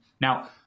Now